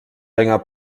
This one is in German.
länger